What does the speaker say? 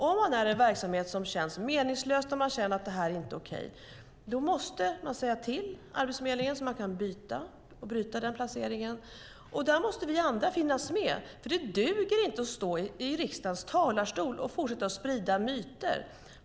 Om man är i en verksamhet som känns meningslös och man inte tycker känns okej måste Arbetsförmedlingen informeras så att placeringen bryts. Där måste vi andra finnas med, för det duger inte att stå i riksdagens talarstol och fortsätta sprida myter.